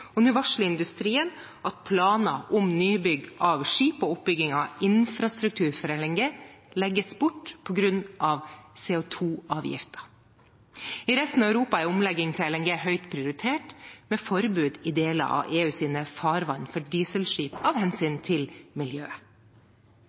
skipsindustri. Nå varsler industrien at planer om nybygg av skip og oppbygging av infrastruktur for LNG legges bort på grunn av CO 2 -avgiften. I resten av Europa er omlegging til LNG høyt prioritert, med forbud i deler av EUs farvann mot dieselskip av hensyn